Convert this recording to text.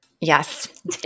Yes